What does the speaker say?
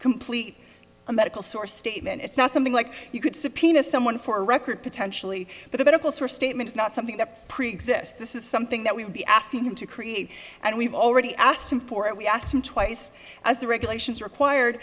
complete a medical source statement it's not something like you could subpoena someone for a record potentially but a bit of a statement is not something that preexists this is something that we would be asking him to create and we've already asked him for it we asked him twice as the regulations required